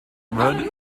rudd